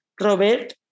Robert